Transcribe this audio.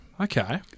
Okay